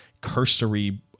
cursory